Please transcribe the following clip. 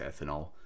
ethanol